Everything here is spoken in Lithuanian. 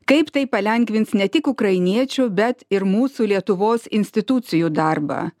kaip tai palengvins ne tik ukrainiečių bet ir mūsų lietuvos institucijų darbą